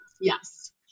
Yes